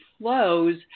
flows